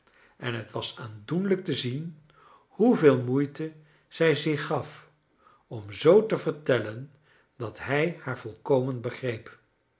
en het was aandoenlijk te zien zooveel moeite zij zich gaf om z te vertellen dat hij haar volkomen begreep